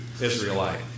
Israelite